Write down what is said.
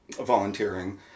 volunteering